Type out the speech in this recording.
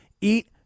eat